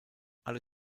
alle